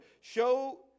Show